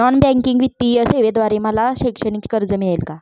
Non banking वित्तीय सेवेद्वारे मला शैक्षणिक कर्ज मिळेल का?